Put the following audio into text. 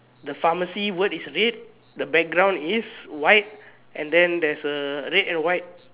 the pharmacy word is red the background is white then there's a red and white